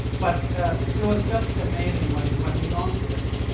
but ah it was just amazing. when when we launched this,